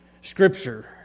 Scripture